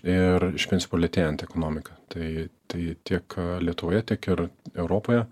ir iš principo lėtėjanti ekonomika tai tai tiek lietuvoje tiek ir europoje